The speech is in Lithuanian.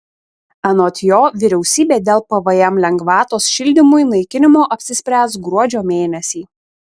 anot jo vyriausybė dėl pvm lengvatos šildymui naikinimo apsispręs gruodžio mėnesį